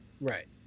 Right